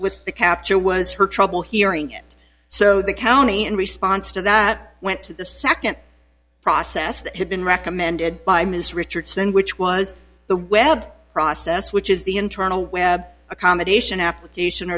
with the capture was her trouble hearing it so the county in response to that went to the second process that had been recommended by ms richardson which was the web process which is the internal web accommodation application